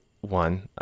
one